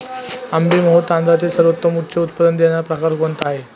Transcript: आंबेमोहोर तांदळातील सर्वोत्तम उच्च उत्पन्न देणारा प्रकार कोणता आहे?